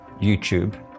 YouTube